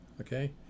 Okay